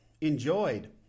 enjoyed